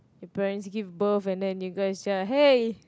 your parents give birth and then you guys just hey